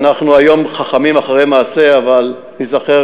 אנחנו היום חכמים אחרי מעשה אבל ניזכר